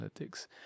analytics